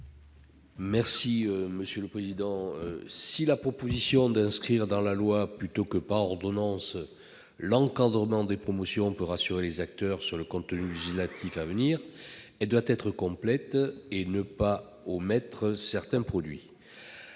est à M. Claude Bérit-Débat. Si la proposition d'inscrire dans la loi- plutôt que par ordonnance -l'encadrement des promotions peut rassurer les acteurs sur le contenu législatif à venir, elle doit être complète et ne pas omettre certains produits.